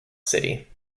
city